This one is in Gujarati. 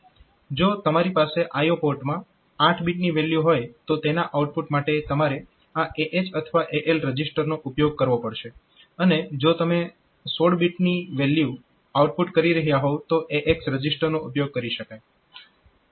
જો તમારી પાસે IO પોર્ટમાં 8 બીટની વેલ્યુ હોય તો તેના આઉટપુટ માટે તમારે આ AH અથવા AL રજીસ્ટરનો ઉપયોગ કરવો પડશે અને જો તમે 16 બીટ વેલ્યુ આઉટપુટ કરી રહ્યાં હોવ તો AX રજીસ્ટરનો ઉપયોગ કરી શકાય